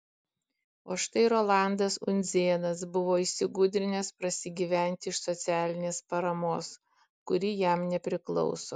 o štai rolandas undzėnas buvo įsigudrinęs prasigyventi iš socialinės paramos kuri jam nepriklauso